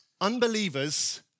unbelievers